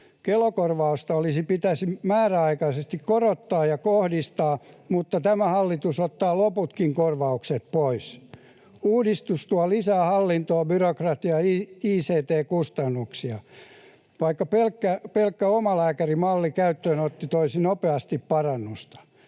Kela-korvauksia pitäisi määräaikaisesti korottaa ja kohdistaa, mutta tämä hallitus ottaa loputkin korvaukset pois. Uudistus tuo lisää hallintoa, byrokratiaa ja ict-kustannuksia, vaikka pelkkä omalääkärimallin käyttöönotto toisi nopeasti parannusta.